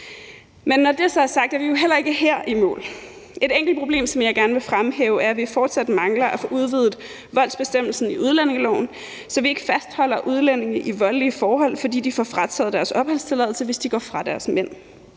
Men når det er sagt, er vi jo heller ikke her i mål. Et enkelt problem, som jeg gerne vil fremhæve, er, at vi fortsat mangler at få udvidet voldsbestemmelsen i udlændingeloven, så vi ikke fastholder udlændinge i voldelige forhold, fordi de får frataget deres opholdstilladelse, hvis de går fra deres mænd.